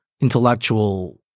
intellectual –